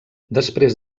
després